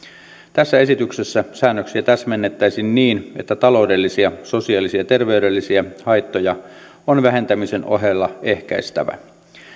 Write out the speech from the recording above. tässä esityksessä säännöksiä täsmennettäisiin niin että taloudellisia sosiaalisia ja terveydellisiä haittoja on vähentämisen ohella ehkäistävä